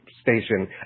station